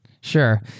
Sure